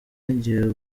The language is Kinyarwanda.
n’igihe